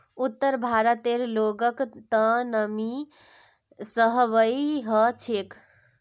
उत्तर भारतेर लोगक त नमी सहबइ ह छेक